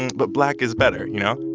but black is better, you know?